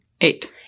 Eight